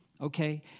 Okay